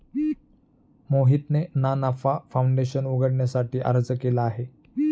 मोहितने ना नफा फाऊंडेशन उघडण्यासाठी अर्ज केला आहे